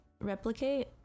replicate